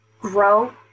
grow –